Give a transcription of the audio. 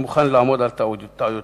אני מוכן להודות בטעויותי.